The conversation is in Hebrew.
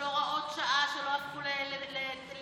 של הוראות שעה שלא הפכו לחוקים,